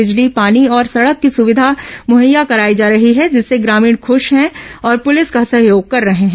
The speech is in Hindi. बिजली पानी और सड़क की सुविधा मुहैया कराई जा रही है जिससे ग्रामीण ख्रश हैं और पुलिस का सहयोग कर रहे हैं